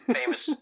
famous